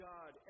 God